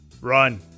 Run